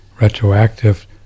retroactive